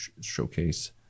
showcase